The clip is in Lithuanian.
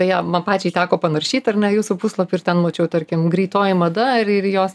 beje man pačiai teko panaršyt ar ne jūsų puslapy ir ten mačiau tarkim greitoji mada ir ir jos